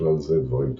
ובכלל זה דבורים טפיליות,